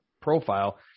profile